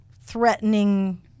threatening